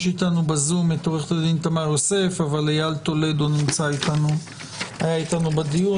בזום עו"ד תמר יוסף אבל איל טולדו היה אתנו בדיון,